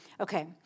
Okay